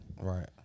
Right